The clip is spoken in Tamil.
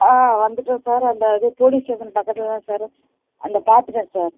ஆ வந்துவிட்டோம் சார் அந்த இது போலீஸ் ஸ்டேஷன் பக்கத்தில் தான் சாரு அந்த பார்த்துட்டேன் சார்